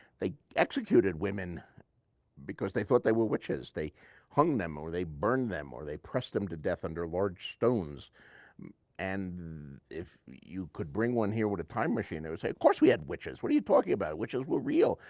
they executed women because they thought they were witches. they hung them or burned them or they pressed them to death under large stones and if you could bring one here with a time machine, they would say of course we had witches, what are you talking about? witches were real.